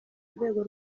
rwego